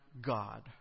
God